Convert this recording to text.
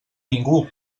ningú